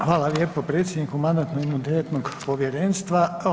Hvala lijepo predsjedniče Mandatno-imunitetnog povjerenstva.